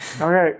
Okay